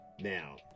now